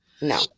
No